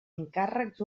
encàrrecs